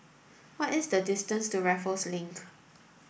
what is the distance to Raffles Link